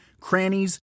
crannies